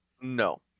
No